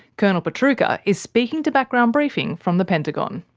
colonel pietrucha is speaking to background briefing from the pentagon.